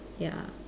ya